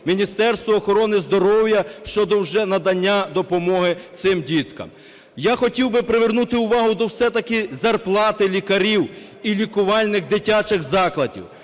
Міністерства охорони здоров'я щодо вже надання допомоги цим діткам. Я хотів би привернути увагу до все-таки зарплати лікарів і лікувальних дитячих закладів.